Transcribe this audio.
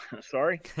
sorry